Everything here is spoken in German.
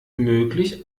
möglich